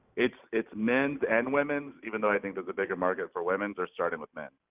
it's it's men's and women's, even though i think there's a bigger market for women's, they're starting with men.